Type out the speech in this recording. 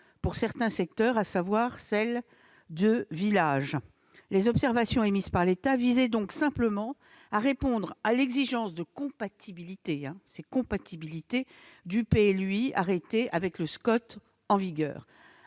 pour certains secteurs, à savoir celle de village. Ces observations visaient donc simplement à répondre à l'exigence de compatibilité du PLUI arrêté avec le SCOT en vigueur.